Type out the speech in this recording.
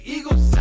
Eagles